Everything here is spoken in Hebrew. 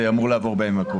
זה אמור לעבור בימים הקרובים.